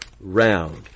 round